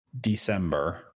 December